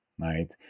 right